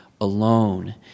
alone